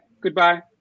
Goodbye